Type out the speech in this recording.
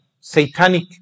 satanic